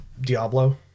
Diablo